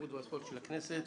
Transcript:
התרבות והספורט של הכנסת.